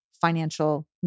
financial